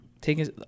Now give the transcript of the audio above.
taking